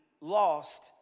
lost